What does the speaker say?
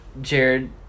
Jared